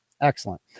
Excellent